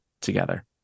together